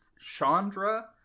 Chandra